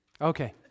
Okay